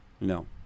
No